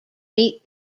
meet